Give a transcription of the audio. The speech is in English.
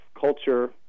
culture